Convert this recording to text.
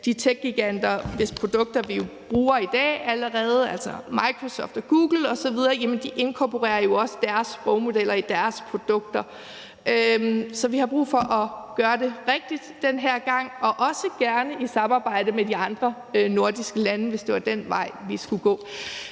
de techgiganter, hvis produkter vi allerede bruger i dag – altså Microsoft og Google osv. – inkorporerer deres sprogmodeller i deres produkter. Så vi har brug for at gøre det rigtigt den her gang, og også gerne i samarbejde med de andre nordiske lande, hvis det var den vej, vi skulle gå.